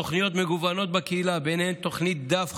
תוכניות מגוונות בקהילה, ובהן תוכנית "דף חדש"